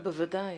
בוודאי.